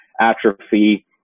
atrophy